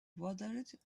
waddled